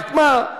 רק מה,